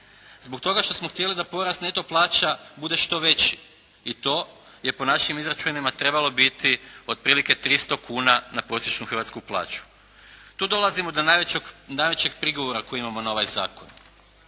Zbog toga što smo htjeli da porast neto plaća bude što veći i to je po našim izračunima trebalo biti otprilike 300 kuna na prosječnu hrvatsku plaću. Tu dolazimo do najvećeg prigovora koji imamo na ovaj zakon.